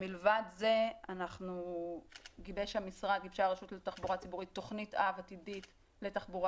מלבד זה גיבשה הרשות לתחבורה ציבורית תוכנית אב עתידית לתחבורה